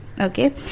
okay